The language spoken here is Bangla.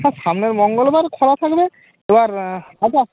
হ্যাঁ সামনের মঙ্গলবার খোলা থাকবে এবার আচ্ছা